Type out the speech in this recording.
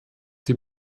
die